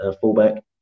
fullback